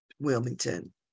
wilmington